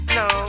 no